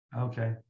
okay